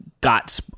got